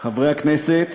חברי הכנסת,